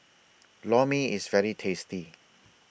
Lor Mee IS very tasty